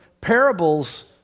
parables